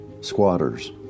squatters